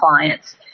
clients